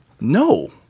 No